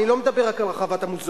אני לא מדבר רק על רחבת המוזיאון,